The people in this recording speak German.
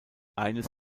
eines